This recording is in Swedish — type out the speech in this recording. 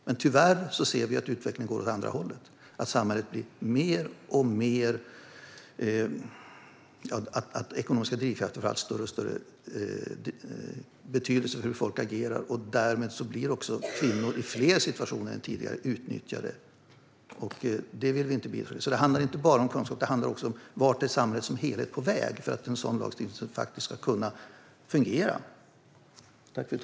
Men tyvärr ser vi att utvecklingen går åt andra hållet. Ekonomiska drivkrafter får större och större betydelse för hur folk agerar. Därmed blir också kvinnor utnyttjade i fler situationer än tidigare. Det vill vi inte bidra till. När det gäller att en sådan lagstiftning faktiskt ska kunna fungera handlar det alltså inte bara om kunskap. Det handlar också om vart samhället som helhet är på väg.